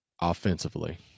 offensively